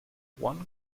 one